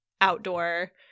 outdoor